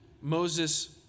Moses